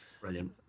Brilliant